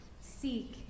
seek